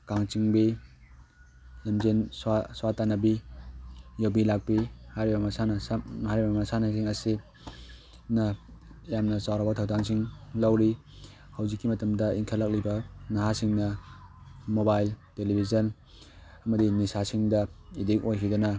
ꯀꯥꯡꯆꯤꯡꯕꯤ ꯂꯝꯖꯦꯟ ꯁ꯭ꯋꯥ ꯁ꯭ꯋꯥꯇꯥꯟꯅꯕꯤ ꯌꯨꯕꯤ ꯂꯥꯛꯄꯤ ꯍꯥꯏꯔꯤꯕ ꯃꯁꯥꯟꯅ ꯍꯥꯏꯔꯤꯕ ꯃꯁꯥꯟꯅꯁꯤꯡ ꯑꯁꯤ ꯅ ꯌꯥꯝꯅ ꯆꯥꯎꯔꯕ ꯊꯧꯗꯥꯡꯁꯤꯡ ꯂꯧꯔꯤ ꯍꯧꯖꯤꯛꯀꯤ ꯃꯇꯝꯗ ꯏꯟꯈꯠꯂꯛꯂꯤꯕ ꯅꯍꯥꯁꯤꯡꯅ ꯃꯣꯕꯥꯏꯜ ꯇꯦꯂꯤꯕꯤꯖꯟ ꯑꯃꯗꯤ ꯅꯤꯁꯥꯁꯤꯡꯗ ꯑꯦꯗꯤꯛ ꯑꯣꯏꯈꯤꯗꯨꯅ